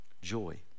joy